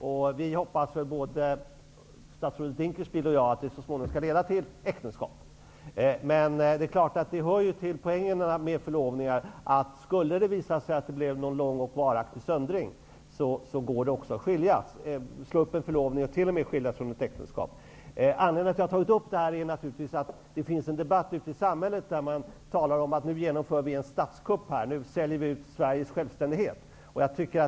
Både statsrådet Dinkelspiel och jag hoppas väl att denna förlovning så småningom skall leda till ett äktenskap. Men det hör till poängen med förlovningar att om det skulle visa sig att det blir en lång och varaktig söndring, är det möjligt att slå upp förlovningen. Det är t.o.m. möjligt att skiljas i ett äktenskap. Anledningen till att jag har tagit upp denna fråga är att det finns en debatt ute i samhället, där man talar om att vi håller på att genomföra en statskupp och att vi är i färd med att sälja ut Sveriges självständighet.